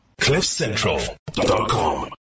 CliffCentral.com